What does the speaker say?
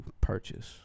purchase